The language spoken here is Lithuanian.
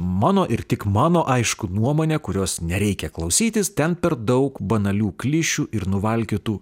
mano ir tik mano aišku nuomonė kurios nereikia klausytis ten per daug banalių klišių ir nuvalkiotų